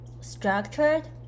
structured